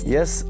Yes